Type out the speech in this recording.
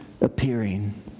appearing